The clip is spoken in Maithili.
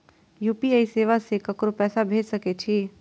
यू.पी.आई सेवा से ककरो पैसा भेज सके छी?